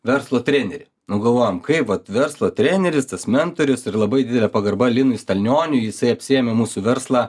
verslo trenerį nu galvojom kaip vat verslo treneris tas mentorius ir labai didele pagarba linui stalnioniui jisai apsiėmė mūsų verslą